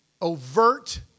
Overt